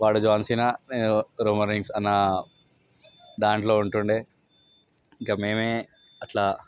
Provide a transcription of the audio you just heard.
వాడు John Cena నేను Roman Reigns అన్న థాట్లో ఉంటుండే ఇంక మేమే అట్లా